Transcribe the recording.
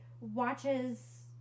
watches